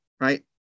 Right